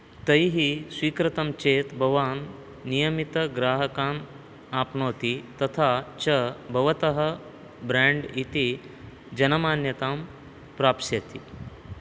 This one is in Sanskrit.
तैः स्वीकृतं चेत् भवान् नियमितग्राहकान् आप्नोति तथा च भवतः ब्राण्ड् इति जनमान्यतां प्राप्स्यति